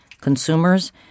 consumers